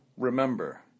Remember